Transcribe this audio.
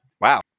Wow